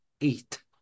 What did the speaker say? Eight